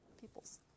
peoples